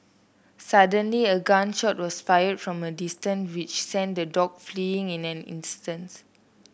suddenly a gun shot was fired from a distance which sent the dogs fleeing in an instant